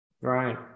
Right